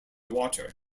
water